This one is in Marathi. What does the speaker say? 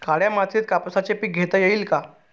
काळ्या मातीत कापसाचे पीक घेता येईल का?